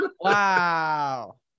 Wow